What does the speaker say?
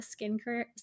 skincare